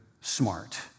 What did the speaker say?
smart